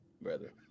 brother